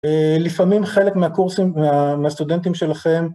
לפעמים חלק מהקורסים, מהסטודנטים שלכם